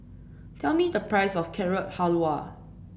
tell me the price of Carrot Halwa